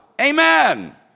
Amen